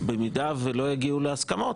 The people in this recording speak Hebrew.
במידה ולא יגיעו להסכמות,